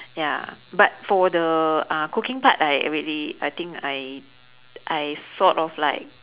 ya but for the uh cooking part I really I think I I sort of like